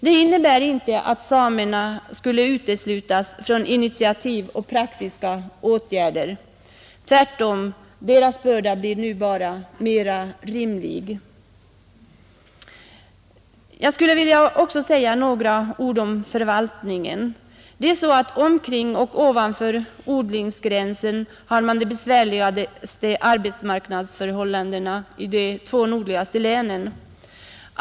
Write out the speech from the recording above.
Detta innebär inte att samerna skulle uteslutas från initiativ och praktiska åtgärder. Tvärtom — deras börda blir nu bara mera rimlig. Jag vill också säga några ord om förvaltningen. I områdena omkring och ovanför odlingsgränsen har man de besvärligaste arbetsmarknadsförhållandena i de två nordligaste länen.